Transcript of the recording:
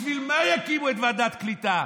בשביל מה יקימו את ועדת הקליטה,